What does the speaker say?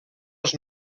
els